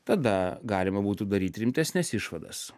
tada galima būtų daryt rimtesnes išvadas